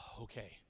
okay